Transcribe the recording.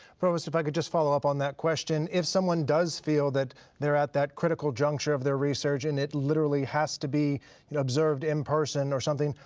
provost, if i could just follow up on that question, if someone does feel that they're at that critical juncture of their research and it literally has to be observed in person or something,